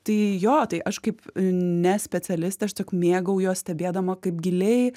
tai jo tai aš kaip ne specialistė aš tiesiog mėgaujuos stebėdama kaip giliai